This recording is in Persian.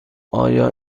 آیا